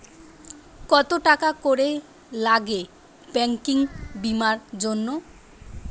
কত টাকা করে লাগে ব্যাঙ্কিং বিমার জন্য?